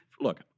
look